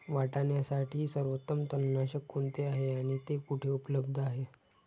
वाटाण्यासाठी सर्वोत्तम तणनाशक कोणते आहे आणि ते कुठे उपलब्ध आहे?